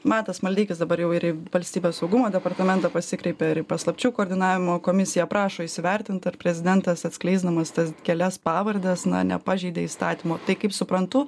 matas maldeikis dabar jau ir į valstybės saugumo departamentą pasikreipė ir paslapčių koordinavimo komisiją prašo įsivertint ar prezidentas atskleisdamas tas kelias pavardes na nepažeidė įstatymo tai kaip suprantu